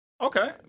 Okay